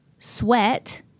Sweat